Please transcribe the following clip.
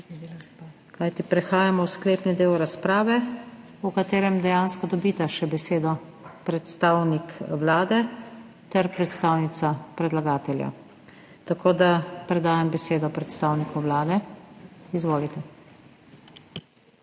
Kajti prehajamo v sklepni del razprave, v katerem dejansko dobita še besedo predstavnik Vlade ter predstavnica predlagatelja. Tako da predajam besedo predstavniku Vlade, izvolite.